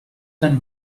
done